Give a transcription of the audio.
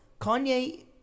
Kanye